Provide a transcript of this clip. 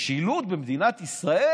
אין משילות במדינת ישראל,